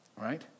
right